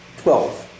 Twelve